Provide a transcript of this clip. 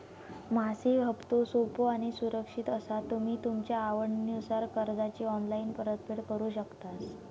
मासिक हप्तो सोपो आणि सुरक्षित असा तुम्ही तुमच्या आवडीनुसार कर्जाची ऑनलाईन परतफेड करु शकतास